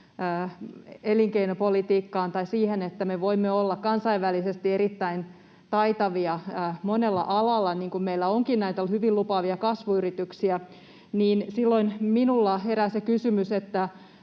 elinkeinopolitiikkaan tai siihen, että me voimme olla kansainvälisesti erittäin taitavia monella alalla — niin kuin meillä onkin näitä hyvin lupaavia kasvuyrityksiä — silloin minulla herää se kysymys, että